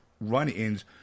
run-ins